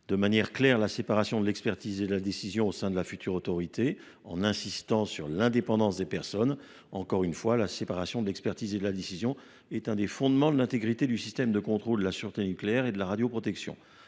de manière claire la séparation de l’expertise et de la décision au sein de la future autorité en insistant sur l’indépendance des personnes. Encore une fois, la séparation de l’expertise et de la décision est un des fondements de l’intégrité du système de contrôle de la sûreté nucléaire et de la radioprotection.